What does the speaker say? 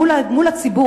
מול הציבור,